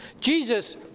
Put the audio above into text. Jesus